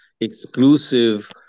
exclusive